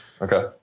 Okay